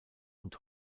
und